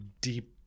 deep